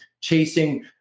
chasing